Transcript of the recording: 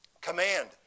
command